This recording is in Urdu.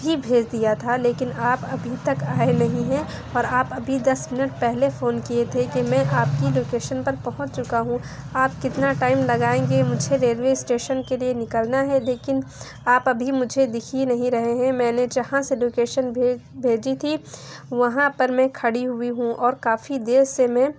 بھی بھیج دیا تھا لیکن آپ ابھی تک آئے نہیں ہیں اور آپ ابھی دس منٹ پہلے فون کیے تھے کہ میں آپ کی لوکیشن پر پہنچ چکا ہوں آپ کتنا ٹائم لگائیں گے مجھے ریلوے اسٹیشن کے لیے نکلنا ہے لیکن آپ ابھی مجھے دکھ ہی نہیں رہے ہیں میں نے جہاں سے لوکیشن بھیجی تھی وہاں پر میں کھڑی ہوئی ہوں اور کافی دیر سے میں